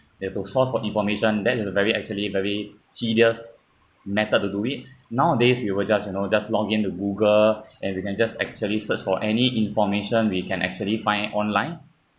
they have to source for information that is a very actually very tedious method to do it nowadays you will just you know just log into google and we can just actually search for any information we can actually find online